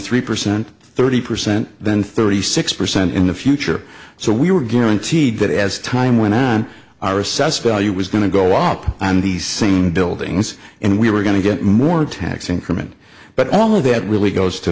three percent thirty percent then thirty six percent in the future so we were guaranteed that as time went on our assessed value was going to go up on the same buildings and we were going to get more tax increment but all of that really goes to